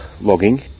logging